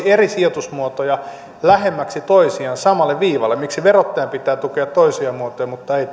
eri sijoitusmuotoja lähemmäksi toisiaan samalle viivalle miksi verottajan pitää tukea toisia muotoja mutta ei